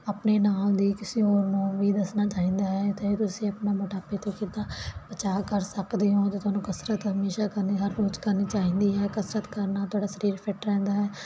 ਆਪਣੇ ਨਾਲ ਦੀ ਕਿਸੇ ਹੋਰ ਨੂੰ ਵੀ ਦੱਸਣਾ ਚਾਹੀਦਾ ਹੈ ਤੇ ਤੁਸੀਂ ਆਪਣਾ ਮੋਟਾਪੇ ਤੋਂ ਕਿੱਦਾਂ ਬਚਾਅ ਕਰ ਸਕਦੇ ਹੋ ਤੇ ਤੁਹਾਨੂੰ ਕਸਰਤ ਹਮੇਸ਼ਾ ਕਰਨੇ ਹਰ ਰੋਜ ਕਰਨੀ ਚਾਹੀਦੀ ਹੈ ਕਸਰਤ ਕਰਨਾ ਤੁਹਾਡਾ ਸਰੀਰ ਫਿਟ ਰਹਿੰਦਾ ਹੈ